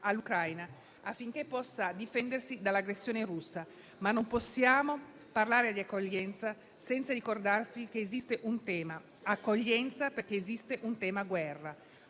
all'Ucraina, affinché possa difendersi dall'aggressione russa. Non possiamo, però, parlare di accoglienza senza ricordare che esiste un tema accoglienza perché esiste un tema guerra.